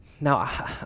Now